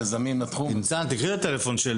יעשה את הפרוצדורה הזאת?